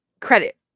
credit